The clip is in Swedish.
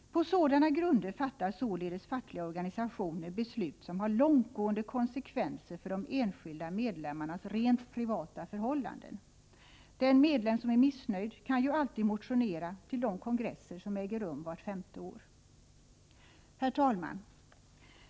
På sådana grunder fattar således fackliga organisationer beslut som har långtgående konsekvenser för de enskilda medlemmarnas rent privata förhållanden. Den medlem som är missnöjd kan ju alltid motionera till de kongresser som äger rum vart femte år. Herr talman!